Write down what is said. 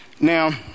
Now